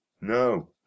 no